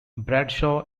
bradshaw